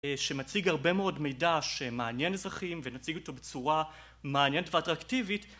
שמציג הרבה מאוד מידע שמעניין אזרחים ונציג אותו בצורה מעניינת ואטרקטיבית